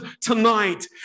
tonight